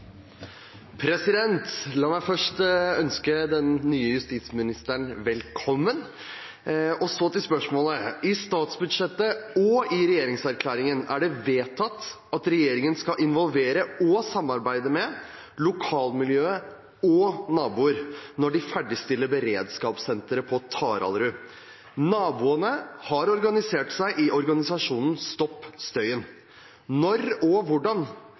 i regjeringserklæringen er det vedtatt at regjeringen skal involvere og samarbeide med lokalmiljøet og naboer når de ferdigstiller beredskapssenteret på Taraldrud. Naboene har organisert seg i organisasjonen Stopp støyen. Når og hvordan